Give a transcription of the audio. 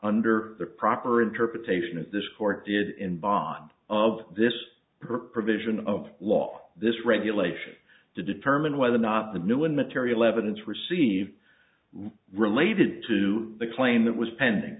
under the proper interpretation of this court did in bonn of this per provision of law this regulation to determine whether or not the new and material evidence received related to the claim that was pending